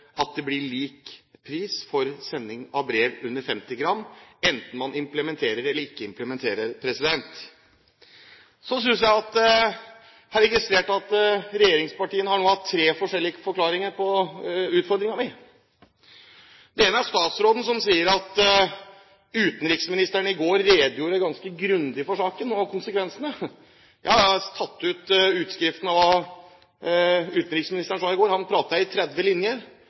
at det blir lik pris for sending av brev under 50 gram – enten man implementerer eller ikke implementerer. Så har jeg registrert at regjeringspartiene nå har hatt tre forskjellige forklaringer på utfordringen min. Det ene er statsråden, som sier at utenriksministeren i går redegjorde ganske grundig for saken og for konsekvensene. Jeg har tatt utskrift av det som utenriksministeren sa i går.